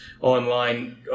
online